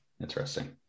interesting